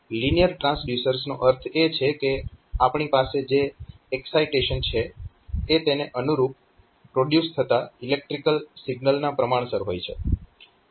linear transducers નો અર્થ એ છે કે આપણી પાસે જે એકસાઇટેશન છે એ તેને અનુરૂપ પ્રોડ્યુસ થતા ઈલેક્ટ્રીકલ સિગ્નલના પ્રમાણસર હોય છે